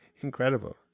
incredible